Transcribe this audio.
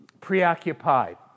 preoccupied